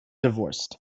divorced